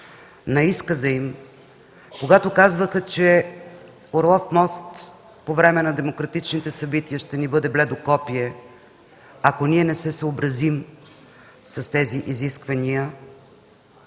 в изказа им, когато казваха, че „Орлов мост” от времето на демократичните събития ще бъде бледо копие, ако не се съобразим с тези изисквания.